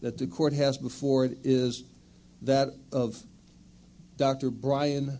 that the court has before it is that of dr brian